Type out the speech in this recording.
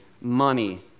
money